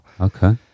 okay